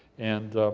and